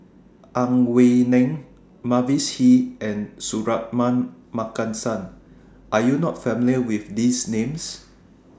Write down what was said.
Ang Wei Neng Mavis Hee and Suratman Markasan Are YOU not familiar with These Names